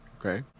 Okay